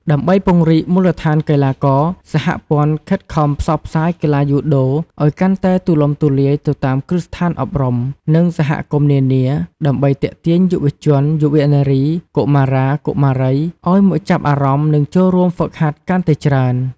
ដើម្បីពង្រីកមូលដ្ឋានកីឡាករ សហព័ន្ធខិតខំផ្សព្វផ្សាយកីឡាយូដូឲ្យកាន់តែទូលំទូលាយទៅតាមគ្រឹះស្ថានអប់រំ និងសហគមន៍នានា ដើម្បីទាក់ទាញយុវជន យុវនារី កុមារា កុមារី ឲ្យមកចាប់អារម្មណ៍ និងចូលរួមហ្វឹកហាត់កាន់តែច្រើន ។